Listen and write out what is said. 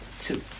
Two